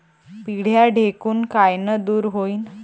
पिढ्या ढेकूण कायनं दूर होईन?